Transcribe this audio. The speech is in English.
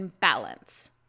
balance